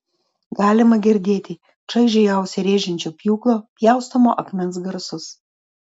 galima girdėti čaižiai ausį rėžiančio pjūklo pjaustomo akmens garsus